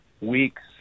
weeks